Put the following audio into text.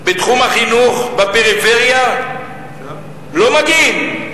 בתחום החינוך בפריפריה, לא מגיעים?